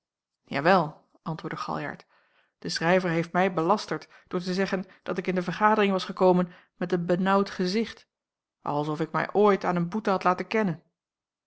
jawel antwoordde galjart de schrijver heeft mij belasterd door te zeggen dat ik in de vergadering was gekomen met een benaauwd gezicht als of ik mij ooit aan een boete had laten kennen